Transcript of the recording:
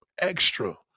extra